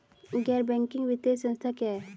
गैर बैंकिंग वित्तीय संस्था क्या है?